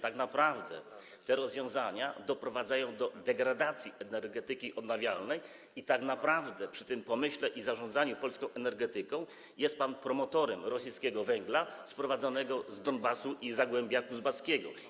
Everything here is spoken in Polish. Tak naprawdę te rozwiązania doprowadzają do degradacji energetyki odnawialnej i przy tym pomyśle i zarządzaniu polską energetyką jest pan promotorem rosyjskiego węgla sprowadzanego z Donbasu i z Zagłębia Kuzbaskiego.